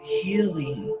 healing